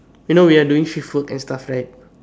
you know we are doing shift work and stuff right